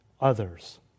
others